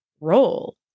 role